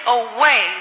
away